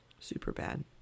Superbad